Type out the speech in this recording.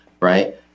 right